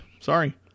Sorry